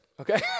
okay